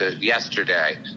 yesterday